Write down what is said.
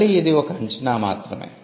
మళ్ళీ ఇది ఒక అంచనా మాత్రమే